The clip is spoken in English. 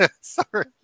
Sorry